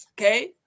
Okay